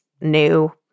new